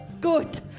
Good